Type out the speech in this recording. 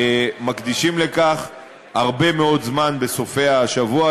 מקדישים לכך הרבה מאוד זמן בסופי-השבוע,